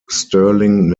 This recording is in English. stirling